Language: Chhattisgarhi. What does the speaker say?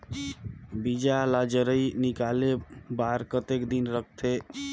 बीजा ला जराई निकाले बार कतेक दिन रखथे?